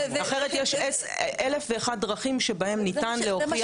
אחרת יש אלף ואחת דרכים שבהן ניתן להוכיח בטיחות.